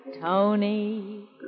Tony